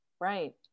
Right